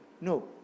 No